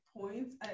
points